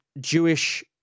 Jewish